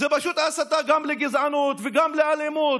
זאת פשוט הסתה גם לגזענות וגם לאלימות.